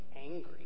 angry